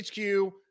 HQ